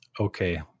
Okay